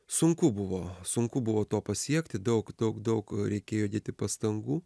sunku buvo sunku buvo to pasiekti daug daug daug reikėjo įdėti pastangų